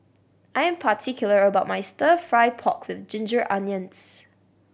I'm particular about my Stir Fry pork with ginger onions